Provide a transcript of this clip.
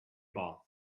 bath